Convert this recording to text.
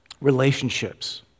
relationships